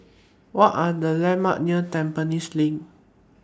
What Are The landmarks near Tampines LINK